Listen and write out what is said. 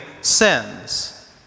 sins